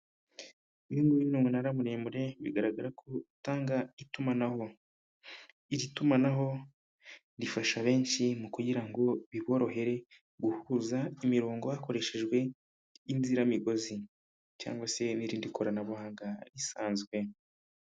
Uyu nguyu ni umunara muremure bigaragara ko utanga itumanaho. Iri tumanaho rifasha benshi mu kugira ngo biborohere guhuza imirongo hakoreshejwe inziramigozi cyangwa se n'irindi koranabuhanga risanzwe.